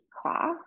class